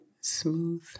smooth